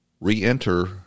re-enter